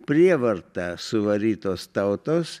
prievarta suvarytos tautos